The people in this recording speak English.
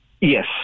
Yes